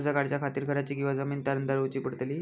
कर्ज काढच्या खातीर घराची किंवा जमीन तारण दवरूची पडतली?